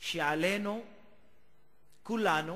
שעל כולנו